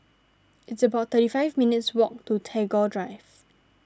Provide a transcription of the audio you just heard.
it's about thirty five minutes' walk to Tagore Drive